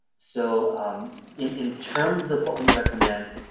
so in in terms of what we recommend,